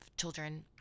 children